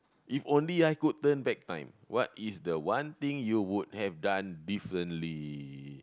if only I could turn back time what is the one thing you would have done differently